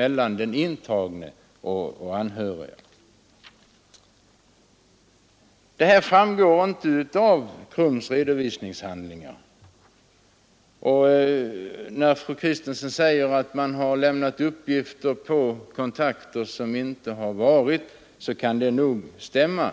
Allt detta framgår alltså inte av KRUM:s verksamhetsberättelse. När fru Kristensson säger att man lämnat uppgifter om kontakter som inte har förekommit, så kan det nog stämma.